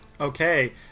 Okay